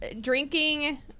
drinking